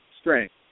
strength